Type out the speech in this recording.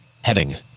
heading